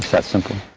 that simple.